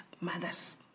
mothers